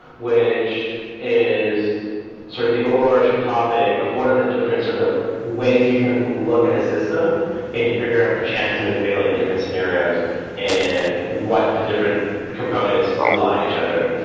which is sort of the overarching topic of what are the different sort of ways you can look at a system and figure out the chances of it failing in different scenarios and what the different components rely on each other,